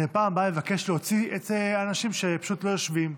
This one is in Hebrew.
בפעם הבאה אני אבקש להוציא את האנשים שפשוט לא יושבים.